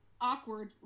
Awkward